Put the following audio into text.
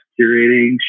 curating